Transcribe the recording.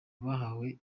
bahawe